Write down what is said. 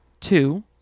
Two